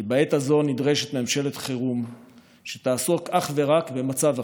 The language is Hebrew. כי בעת הזו נדרשת ממשלת חירום שתעסוק אך ורק במצב החירום,